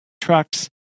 trucks